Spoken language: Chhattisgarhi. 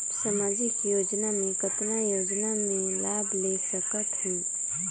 समाजिक योजना मे कतना योजना मे लाभ ले सकत हूं?